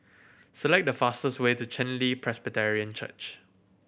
select the fastest way to Chen Li Presbyterian Church